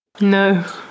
no